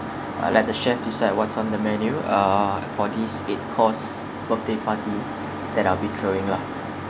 uh let the chef decide what's on the menu uh for these eight course birthday party that I'll be throwing lah